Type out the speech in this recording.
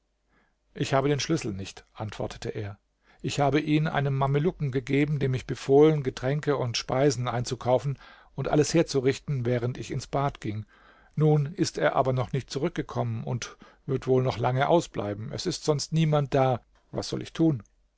ich habe den schlüssel nicht antwortete er ich habe ihn einem mamelucken gegeben dem ich befohlen getränke und speisen einzukaufen und alles herzurichten während ich ins bad ging nun ist er aber noch nicht zurückgekommen und wird wohl noch lange ausbleiben es ist sonst niemand da was soll ich tun